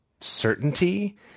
certainty